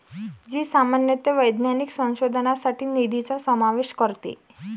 जी सामान्यतः वैज्ञानिक संशोधनासाठी निधीचा समावेश करते